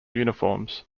uniforms